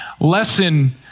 lesson